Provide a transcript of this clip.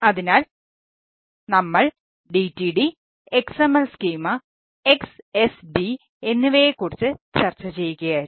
അതിനാൽ നമ്മൾ DTD XML schema XSD എന്നിവയെക്കുറിച്ച് ചർച്ച ചെയ്യുകയായിരുന്നു